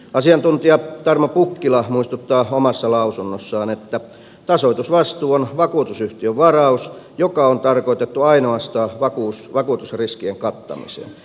asiantuntija tarmo pukkila muistuttaa omassa lausunnossaan että tasoitusvastuu on vakuutusyhtiön varaus joka on tarkoitettu ainoastaan vakuutusriskien kattamiseen